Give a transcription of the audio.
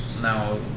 now